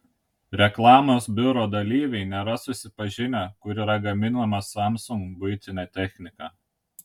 reklamos biuro dalyviai nėra susipažinę kur yra gaminama samsung buitinė technika